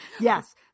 Yes